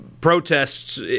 protests